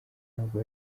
ntabwo